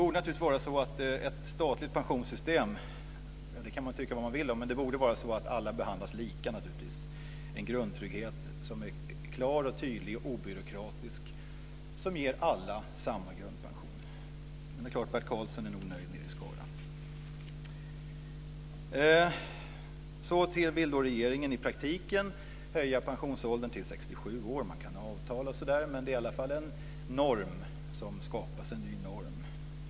Man kan tycka vad man vill om ett statligt pensionssystem, men det borde naturligtvis vara så att alla behandlas lika. Det borde finnas en klar, tydlig och obyråkratisk grundtrygghet som ger alla samma grundpension. Men Bert Karlsson är nog nöjd där nere i Skara! Regeringen vill i praktiken höja pensionsåldern till 67 år. Man kan ha avtal osv., men det är i alla fall en ny norm som skapas.